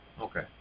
Okay